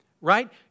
right